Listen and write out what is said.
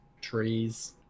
trees